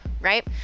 right